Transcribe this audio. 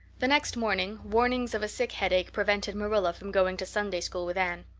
the next morning warnings of a sick headache prevented marilla from going to sunday-school with anne.